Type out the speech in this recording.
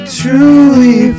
truly